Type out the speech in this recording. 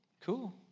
cool